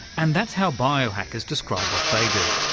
and that's how biohackers describe what they do.